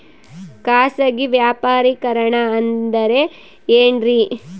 ಖಾಸಗಿ ವ್ಯಾಪಾರಿಕರಣ ಅಂದರೆ ಏನ್ರಿ?